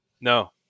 no